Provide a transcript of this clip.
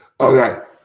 Okay